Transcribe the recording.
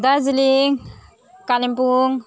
Darjeeling Kalimpong